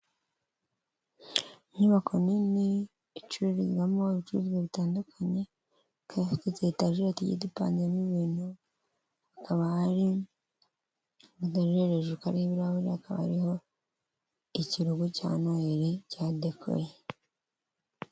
Inyubako nini icururizwamo ibicuruzwa bitandukanye hari utu etajeri tugiye dupanzemo ibintu hakaba hari kayitaje hejuru k'ibirahure n'ikirugo cya noheri kiradekoye.